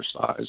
size